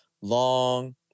long